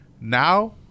Now